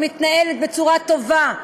שמתנהלת בצורה טובה,